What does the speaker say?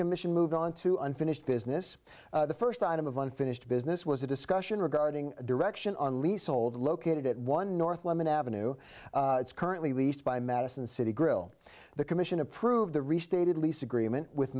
commission moved on to unfinished business the first item of unfinished business was a discussion regarding direction on leasehold located at one north lemmon avenue it's currently leased by madison city grill the commission approved the restated lease agreement with